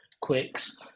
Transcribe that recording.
quicks